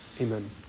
Amen